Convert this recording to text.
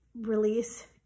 release